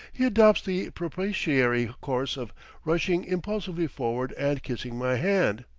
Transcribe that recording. he adopts the propitiatory course of rushing impulsively forward and kissing my hand.